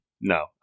No